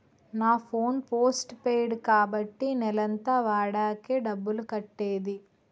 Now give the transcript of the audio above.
నా phone postpaid కాబట్టి నెలంతా వాడాకే డబ్బులు కట్టేది